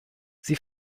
sie